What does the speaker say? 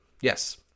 Yes